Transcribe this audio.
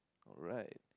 alright